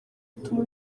atuma